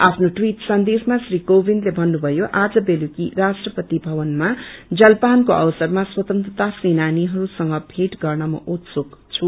आफ्नो टवीट संदेशमा श्री कोविन्दले भन्नुभयो आज बेलुकी राष्ट्रपति भवनमा जसपानको अवसरमा स्वतन्त्रता सेनानीहरूसंग भेट गर्न म उत्पुक छु